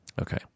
okay